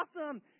awesome